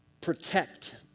protect